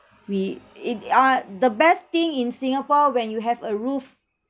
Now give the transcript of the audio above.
we it uh the best thing in singapore when you have a roof